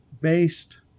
based